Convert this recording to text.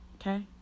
Okay